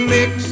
Mix